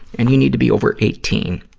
and you need to be over eighteen.